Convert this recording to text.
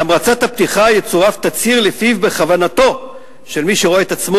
להמרצת הפתיחה יצורף תצהיר שלפיו בכוונתו של מי שרואה את עצמו